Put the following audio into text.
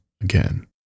again